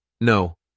No